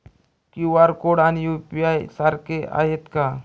QR code आणि UPI सारखे आहेत का?